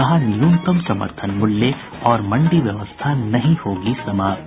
कहा न्यूनतम समर्थन मूल्य और मंडी व्यवस्था नहीं होगी समाप्त